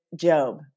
Job